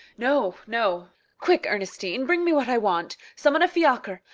no, no quick, ernestine. bring me what i want. summon a fiacre.